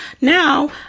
Now